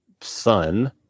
son